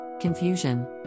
confusion